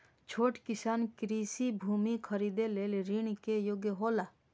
छोट किसान कृषि भूमि खरीदे लेल ऋण के योग्य हौला?